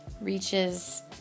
reaches